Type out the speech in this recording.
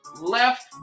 left